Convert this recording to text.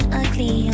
ugly